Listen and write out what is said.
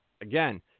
Again